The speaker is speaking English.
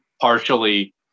partially